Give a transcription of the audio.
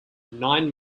nine